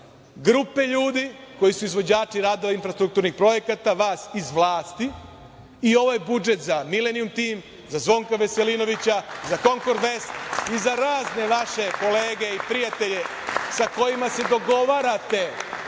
grupe ljudi koji su izvođači radova i infrastrukturnih projekata vas iz vlasti i ovo je budžet za "Milenijum tim", za Zvonka Veselinovića, "Konkord vest" i za razne vaše kolege i prijatelje sa kojima se dogovarate